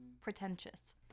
Pretentious